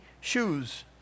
shoes